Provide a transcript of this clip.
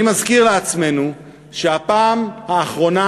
אני מזכיר לעצמנו שהפעם האחרונה,